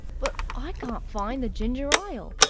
but i can't find the ginger ile.